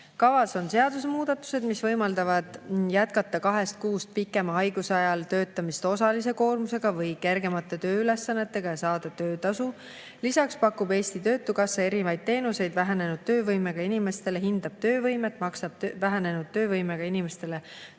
Kavas on seadusemuudatused, mis võimaldavad jätkata kahest kuust pikema haiguse ajal töötamist osalise koormusega või kergemate tööülesannetega ja saada töötasu. Lisaks pakub Eesti Töötukassa erinevaid teenuseid vähenenud töövõimega inimestele ning hindab töövõimet ja maksab vähenenud töövõimega inimestele